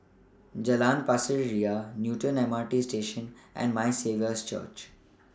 Jalan Pasir Ria Newton M R T Station and My Saviour's Church